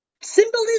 symbolism